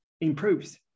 improves